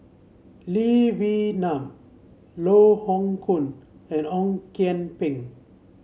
Lee Wee Nam Loh Hoong Kwan and Ong Kian Peng